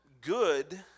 good